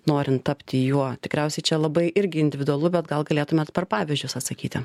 norint tapti juo tikriausiai čia labai irgi individualu bet gal galėtumėt per pavyzdžius atsakyti